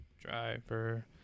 driver